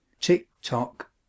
tick-tock